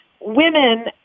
women